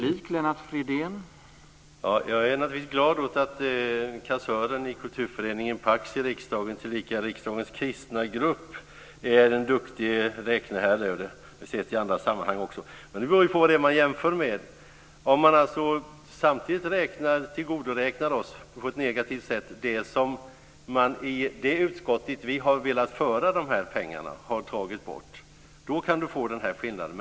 Herr talman! Jag är naturligtvis glad över att kassören i kulturföreningen PAKS i riksdagen tillika i riksdagens kristna grupp är en duktig räkneherre. Det har vi sett i andra sammanhang också. Men det beror på vad man jämför med. Om man samtidigt på ett negativt sätt tillgodoräknar oss det som man, i det utskott dit vi har velat föra de här pengarna, har tagit bort kan man få den här skillnaden.